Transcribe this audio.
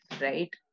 right